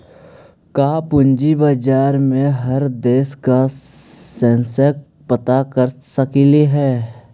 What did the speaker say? का पूंजी बाजार में हर देश के सेंसेक्स पता कर सकली हे?